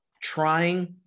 trying